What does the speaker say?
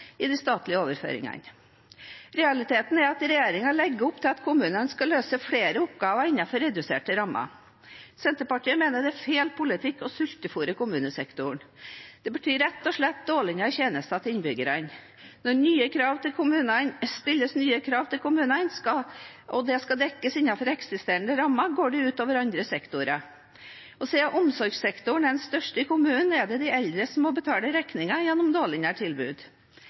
i de statlige overføringene. Realiteten er at regjeringen legger opp til at kommunene skal løse flere oppgaver innenfor reduserte rammer. Senterpartiet mener det er feil politikk å sultefôre kommunesektoren. Det betyr rett og slett dårligere tjenester til innbyggerne. Når det stilles nye krav til kommunene og det skal dekkes innenfor eksisterende rammer, går det ut over andre sektorer. Siden omsorgssektoren er den største i kommunene, er det de eldre som må betale regningen gjennom dårligere tilbud.